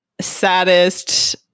saddest